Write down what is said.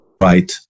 right